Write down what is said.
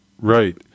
Right